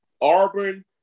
Auburn